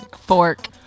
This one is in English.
Fork